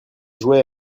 jouait